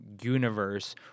universe